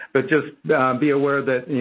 but, just be aware that, you